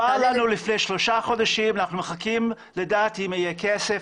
לפני שלושה חודשים, אנחנו מחכים לדעת אם יהיה כסף.